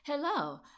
Hello